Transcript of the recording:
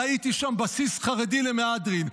ראיתי שם בסיס חרדי למהדרין.